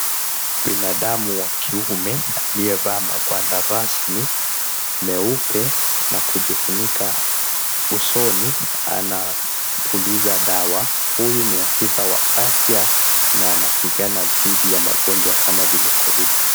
Binadamu wa kiume aliyevaa magwanda rasmi meupe na kujifunika usoni anapuliza dawa, huyu ni afisa wa afya na anapigana dhidi ya magonjwa kama vile Covid.